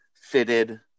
fitted